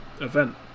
event